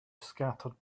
scattered